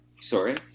sorry